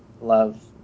love